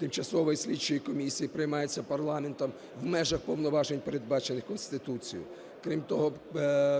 тимчасової слідчої комісії приймається парламентом в межах повноважень, передбачених Конституцією. Крім того,